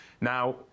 Now